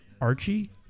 Archie